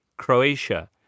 Croatia